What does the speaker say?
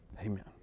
Amen